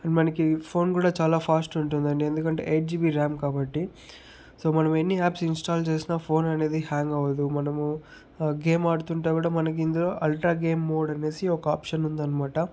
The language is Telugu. మనకి ఫోన్ కూడా చాలా ఫాస్ట్ ఉంటుందండి ఎందుకంటే ఎయిట్ జీబీ ర్యామ్ కాబట్టి సో మనం ఎన్ని యాప్స్ ఇన్స్టాల్ చేసిన ఫోన్ అనేది హ్యాంగ్ అవ్వదు మనము గేమ్ ఆడుతుంటే కూడా మనకి ఇందులో అల్ట్రా గేమ్ మోడ్ అనేసి ఒక ఆప్షన్ ఉందనమాట